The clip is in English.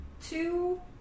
two